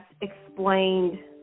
explained